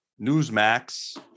Newsmax